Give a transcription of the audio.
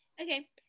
Okay